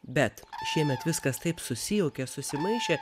bet šiemet viskas taip susijaukia susimaišė